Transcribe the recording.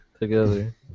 together